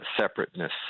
separateness